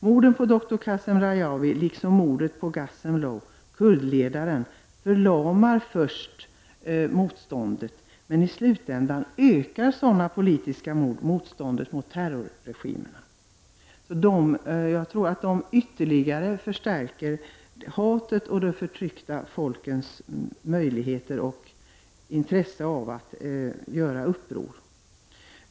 Mordet på doktor Kazem Rajavi liksom mordet på Gassemlow, kurdledaren, förlamar först motståndet, men i slutändan ökar sådana politiska mord motståndet mot terrorregimerna. Jag tror att det ytterligare förstärker hatet och de förtryckta folkens möjligheter och intresse av att göra uppror.